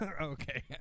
Okay